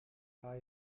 paar